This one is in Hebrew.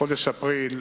בחודש אפריל,